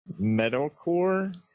Metalcore